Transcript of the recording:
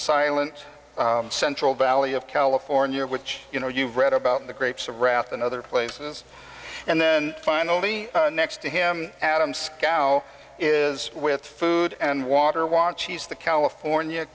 silent central valley of california which you know you've read about the grapes of wrath and other places and then finally next to him adam scowl is with food and water watch he's the california